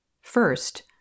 First